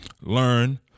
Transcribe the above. learn